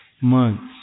months